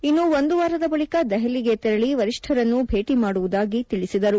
ಇನ್ನು ಒಂದು ವಾರದ ಬಳಿಕ ದೆಹಲಿಗೆ ತೆರಳಿ ವರಿಷ್ಠರನ್ನು ಭೇಟಿ ಮಾಡುವುದಾಗಿ ತಿಳಿಸಿದರು